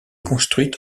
construite